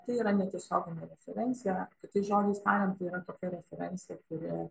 tai yra netiesioginė referencija kitais žodžiais tariant tai yra tokia referencija kuri